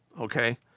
Okay